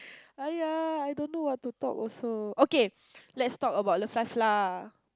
aiya I don't know what to talk also okay let's talk about life of love lah